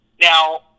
Now